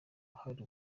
hari